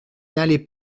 n’allez